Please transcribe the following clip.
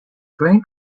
grain